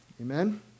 Amen